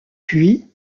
puis